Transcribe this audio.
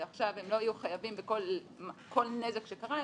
ועכשיו הם לא יהיו חייבים בכל נזק שקרה,